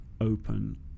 open